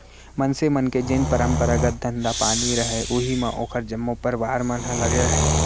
मनसे मन के जेन परपंरागत धंधा पानी रहय उही म ओखर जम्मो परवार मन ह लगे रहय